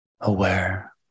Aware